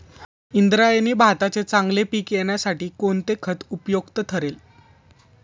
इंद्रायणी भाताचे चांगले पीक येण्यासाठी कोणते खत उपयुक्त ठरेल?